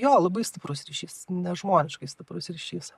jo labai stiprus ryšys nežmoniškai stiprus ryšys